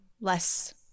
less